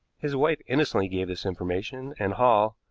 his wife innocently gave this information, and hall,